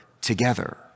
together